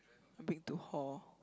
bring to hall